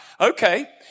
Okay